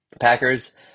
Packers